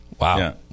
Wow